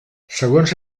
segons